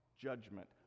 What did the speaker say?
judgment